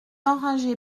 enragé